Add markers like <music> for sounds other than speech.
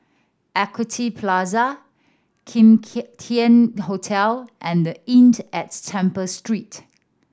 Equity Plaza Kim <unintelligible> Tian Hotel and the <unintelligible> at Temple Street